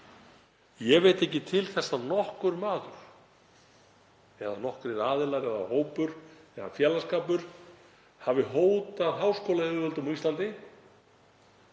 Ég veit ekki til þess að nokkur maður, nokkrir aðilar eða hópur eða félagsskapur, hafi hótað háskólayfirvöldum á Íslandi